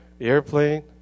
airplane